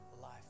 life